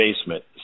basement